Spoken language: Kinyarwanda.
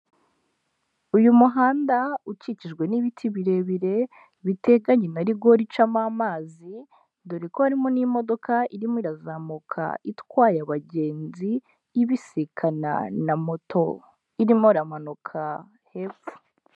Uyu muhanda ukikijwe n'ibiti birebire biteganye na rigo icamo amazi, dore ko harimo n'imodoka irimo irazamuka itwaye abagenzi, ibisikana na moto irimo iramanuka hepfo.